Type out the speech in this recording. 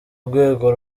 rwego